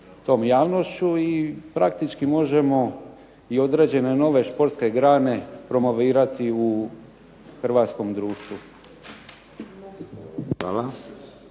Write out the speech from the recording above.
javnošću i praktički možemo i određene nove športske grane promovirati u hrvatskom društvu.